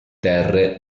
terre